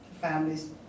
families